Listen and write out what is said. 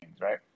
Right